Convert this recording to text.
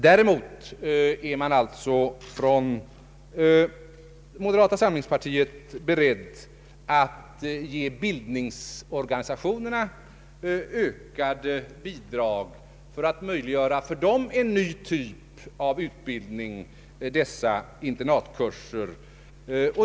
Däremot är man inom moderata samlingspartiet beredd att ge bildningsorganisationerna ökade bidrag för att möjliggöra för dem en ny typ av utbildning, nämligen internatkurser.